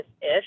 ish